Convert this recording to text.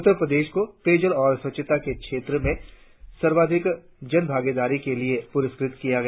उत्तरप्रदेश को पेयजल और स्वच्छता के क्षेत्र में सर्वाधिक जनभागीदारी के लिए प्रस्कृत किया गया